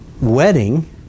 wedding